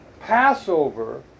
Passover